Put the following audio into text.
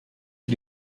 für